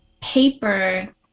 paper